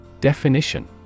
Definition